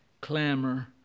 Clamor